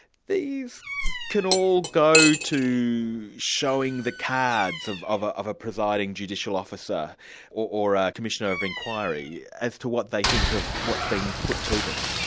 these can all go to showing the cards of of ah a presiding judicial officer or a commissioner of inquiry, as to what they think of what's been put to them.